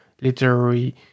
literary